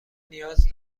نیاز